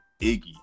Iggy